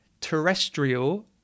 Terrestrial